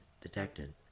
Detected